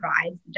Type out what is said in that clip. provides